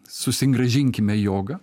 susigrąžinkime jogą